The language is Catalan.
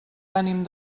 ànim